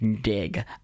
dig